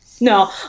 No